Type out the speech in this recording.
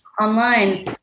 online